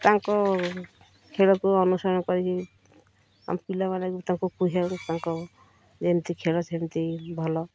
ତାଙ୍କ ଖେଳକୁ ଅନୁସରଣ କରିକି ଆମ ପିଲାମାନେ ବି ତାଙ୍କୁ କୁହେ ତାଙ୍କ ଯେମିତି ଖେଳ ସେମିତି ଭଲ